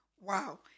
Wow